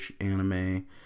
anime